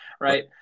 right